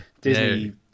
Disney